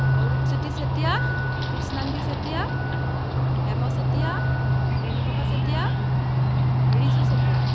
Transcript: Arup Jyoti Chetia Krishnangi Chetia Hem Chetia Renuprabha Chetia Riju Chetia